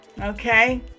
Okay